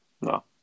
No